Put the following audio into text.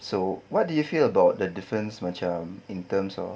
so what do you feel about the difference macam in terms of